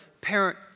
parent